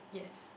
yes